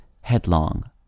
headlong